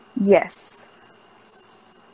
yes